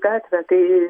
gatvę tai